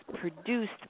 produced